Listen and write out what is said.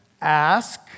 Ask